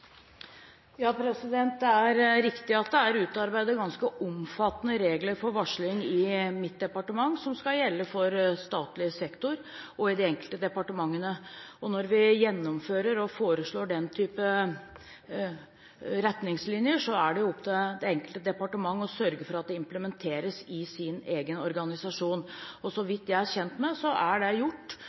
Det er riktig at det er utarbeidet ganske omfattende regler for varsling i mitt departement som skal gjelde for statlig sektor og i de enkelte departementene. Når vi gjennomfører og foreslår den type retningslinjer, er det opp til det enkelte departement å sørge for at det implementeres i dets egen organisasjon. Så vidt jeg er kjent med, er det gjort